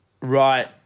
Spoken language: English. Right